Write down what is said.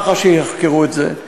מח"ש תחקור את זה,